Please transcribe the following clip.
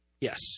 Yes